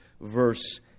verse